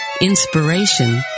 inspiration